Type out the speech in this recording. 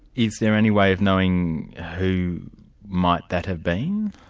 is there any way of knowing who might that have been?